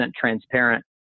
transparent